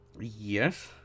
Yes